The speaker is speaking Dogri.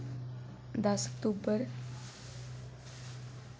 दस्स अक्तूबर